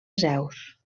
zeus